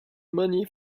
money